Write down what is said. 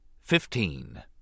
Fifteen